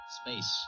Space